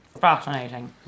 fascinating